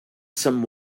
some